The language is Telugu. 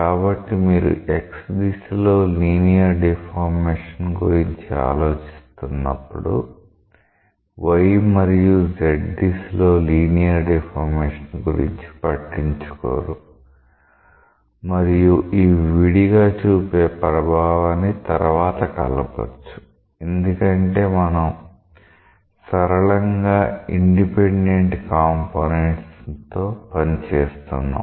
కాబట్టి మీరు x దిశలో లీనియర్ డిఫార్మేషన్ గురించి ఆలోచిస్తున్నప్పుడు y మరియు z దిశలో లీనియర్ డిఫార్మేషన్ గురించి పట్టించుకోరు మరియు ఇవి విడిగా చూపే ప్రభావాన్ని తర్వాత కలపొచ్చు ఎందుకంటే మనం సరళంగా ఇండిపెండెంట్ కాంపోనెంట్స్ తో పని చేస్తున్నాం